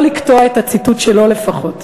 לא לקטוע את הציטוט שלו לפחות.